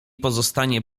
pozostanie